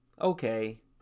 Okay